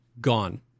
gone